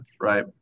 Right